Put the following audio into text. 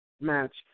match